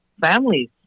families